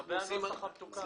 לגבי הנוסח המתוקן.